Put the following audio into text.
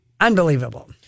Unbelievable